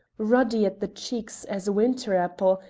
ruddy at the cheeks as a winter apple,